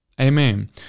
Amen